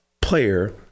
player